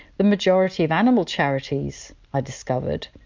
the majority of animal charities, i discovered,